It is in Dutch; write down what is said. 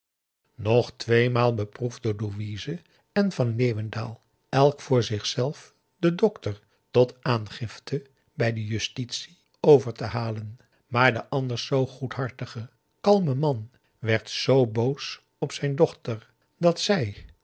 nog tweemaal beproefden louise en van leeuwendaal elk voor zichzelf den dokter tot aangifte bij de justitie over te halen maar de anders zoo goedhartige kalme man werd zoo boos op zijn dochter dat zij